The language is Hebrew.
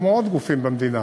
וכמו עוד גופים במדינה,